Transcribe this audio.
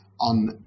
on